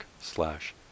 slash